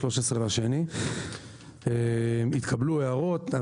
13.2. התקבלו הערות.